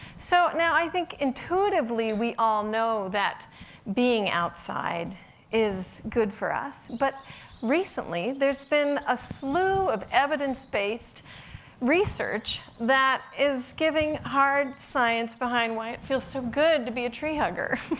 so now, i think, intuitively, we all know that being outside is good for us, but recently, there's been a slew of evidence-based research that is giving hard science behind why it feels so good to be a tree hugger.